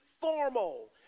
formal